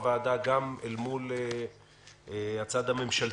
הגענו להסכמות מסוימות גם בתוך הוועדה וגם אל מול הצד הממשלתי,